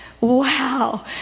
Wow